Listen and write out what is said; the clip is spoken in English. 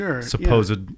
supposed